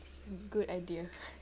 is a good idea